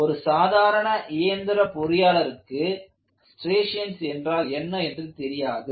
ஒரு சாதாரண இயந்திரப் பொறியாளருக்கு ஸ்ட்ரியேஷன்ஸ் என்றால் என்ன என்று தெரியாது